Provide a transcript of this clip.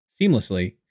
seamlessly